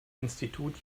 institut